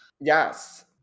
Yes